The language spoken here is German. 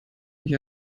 mich